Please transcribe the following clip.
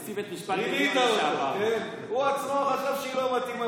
האמירה, שנאמרת כלאחר יד,